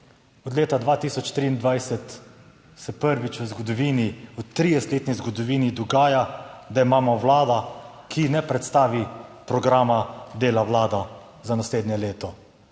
Od leta 2023 se prvič v zgodovini, v 30-letni zgodovini dogaja, da imamo vlado, ki ne predstavi programa dela vlade za naslednje leto.